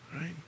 right